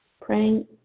praying